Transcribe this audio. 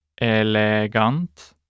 Elegant